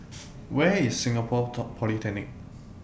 Where IS Singapore Polytechnic